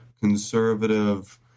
conservative